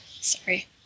sorry